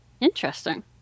Interesting